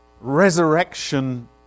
resurrection